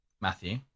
Matthew